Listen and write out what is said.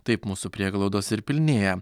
taip mūsų prieglaudos ir pilnėja